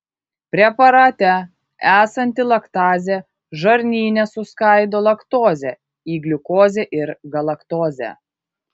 preparate esanti laktazė žarnyne suskaido laktozę į gliukozę ir galaktozę